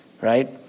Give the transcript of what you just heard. Right